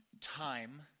time